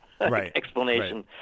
explanation